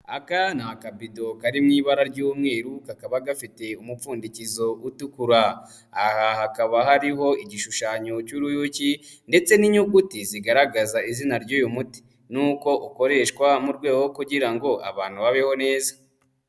Aka ni akabido kari mu ibara ry'umweru kakaba gafite umupfundikizo utukura, aha hakaba hariho igishushanyo cy'uruyuki ndetse n'inyuguti zigaragaza izina ry'uyu muti n'uko ukoreshwa mu rwego kugira ngo abantu babeho neza.